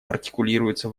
артикулируется